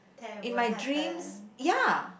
in my dreams ya